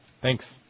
Thanks